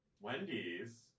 Wendy's